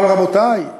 אבל, רבותי,